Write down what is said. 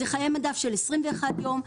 זה חיי מדף של 21 יום,